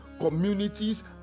communities